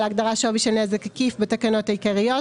להגדרת "שווי של נזק עקיף" בתקנות העיקריות,